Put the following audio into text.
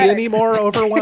ah me. moreover.